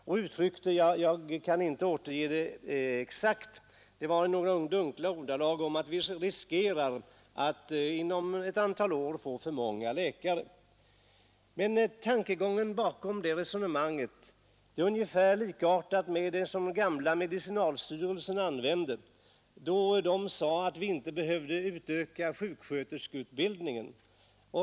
Han uttryckte det så — jag kan inte återge det exakt, men det var några dunkla ord om att vi riskerar att om ett antal år få för många läkare. Tankegången bakom det resonemanget är ungefär likartad med den som gamla medicinalstyrelsen var inne på då man sade, att vi inte behövde utöka sjuksköterskeutbildningen.